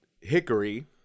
hickory